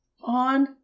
on